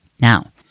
Now